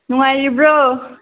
ꯅꯨꯡꯉꯥꯏꯔꯤꯕ꯭ꯔꯣ